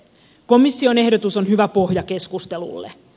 komission ehdotus on hyvä pohja keskusteluille